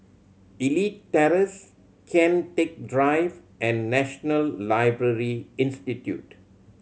Elite Terrace Kian Teck Drive and National Library Institute